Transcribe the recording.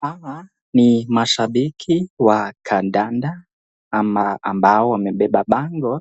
Hawa ni mashabiku wa kandanda ama ambao wamebeba bango